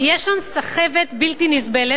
יש שם סחבת בלתי נסבלת,